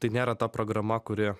tai nėra ta programa kuri